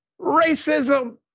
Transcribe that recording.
racism